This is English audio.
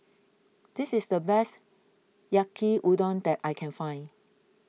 this is the best Yaki Udon that I can find